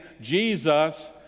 Jesus